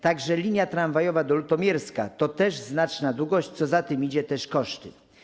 Także linia tramwajowa do Lutomierska to też znaczna długość, a co za tym idzie, duże koszty.